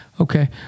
okay